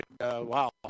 wow